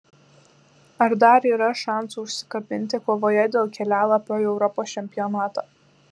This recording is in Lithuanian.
ar dar yra šansų užsikabinti kovoje dėl kelialapio į europos čempionatą